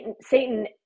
Satan